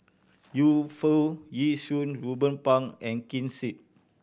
Yu Foo Yee Shoon Ruben Pang and Ken Seet